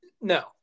no